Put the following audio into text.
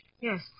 Yes